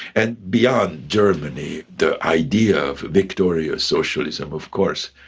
and beyond germany, the idea of a victorious socialism of course,